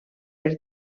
per